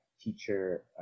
teacher